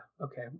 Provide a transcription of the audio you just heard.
okay